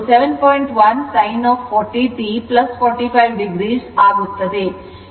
1sin 40 t 45 o ಆಗುತ್ತದೆ